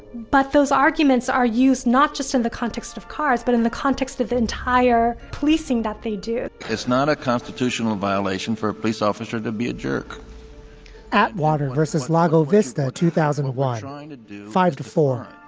but those arguments are used not just in the context of cars, but in the context of the entire policing that they do it's not a constitutional violation for a police officer to be a jerk at water versus lago vista two thousand. why nine to five to four?